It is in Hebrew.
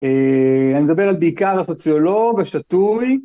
אני מדבר בעיקר על הסוציולוג השטוי.